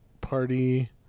party